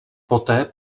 poté